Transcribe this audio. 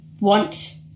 want